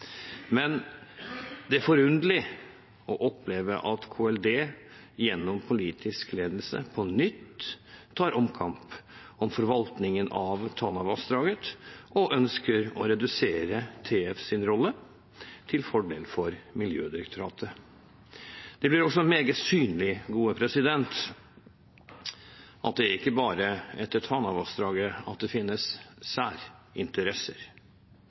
Men det er forunderlig å oppleve at Klima- og miljødepartementet gjennom politisk ledelse på nytt tar omkamp om forvaltningen av Tanavassdraget og ønsker å redusere TFs rolle til fordel for Miljødirektoratet. Det blir også meget synlig at det er ikke bare etter Tanavassdraget det finnes